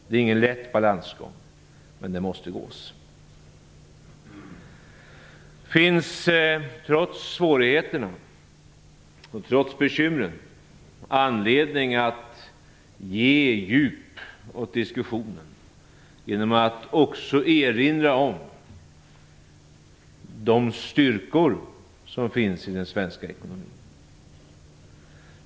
Det är ingen lätt balansgång, men vi måste gå den. Trots svårigheterna och bekymren finns det anledning att ge djup åt diskussionen genom att också erinra om de styrkor som finns i den svenska ekonomin.